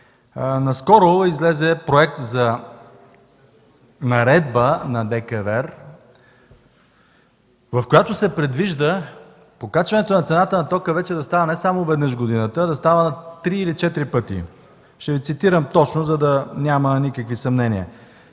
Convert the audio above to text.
Наскоро излезе проект за наредба на ДКЕВР, в който се предвижда покачването на цената на тока вече да става не само веднъж в годината, а да става три или четири пъти. Ще Ви цитирам точно, за да няма никакви съмнения: